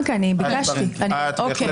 את בהחלט